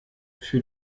für